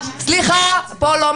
פיקוח.